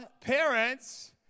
parents